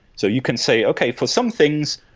so you can say, okay. for some things,